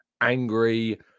angry